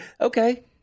Okay